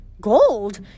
Gold